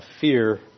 fear